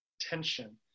tension